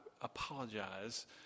apologize